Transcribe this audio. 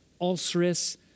ulcerous